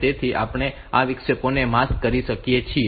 તેથી આપણે આ વિક્ષેપોને માસ્ક કરી શકીએ છીએ